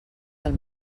del